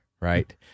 right